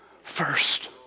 first